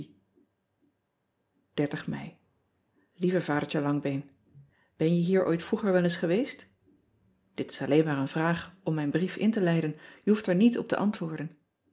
ei ieve adertje angbeen en je hier ooit vroeger wel eens geweest it is alleen maar een vraag om mijn brief in te leiden je hoeft er niet ean ebster adertje angbeen op te antwoorden